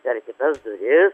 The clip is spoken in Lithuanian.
per kitas duris